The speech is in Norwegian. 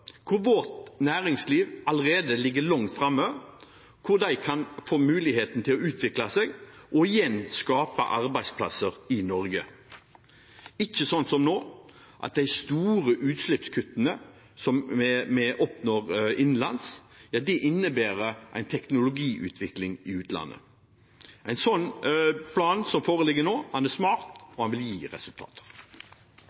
hvor det kan få muligheten til å utvikle seg, og igjen skape arbeidsplasser i Norge – ikke sånn som nå, at de store utslippskuttene som vi oppnår innenlands, innebærer en teknologiutvikling i utlandet. En sånn plan som foreligger nå, er smart